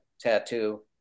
tattoo